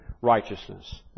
righteousness